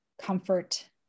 comfort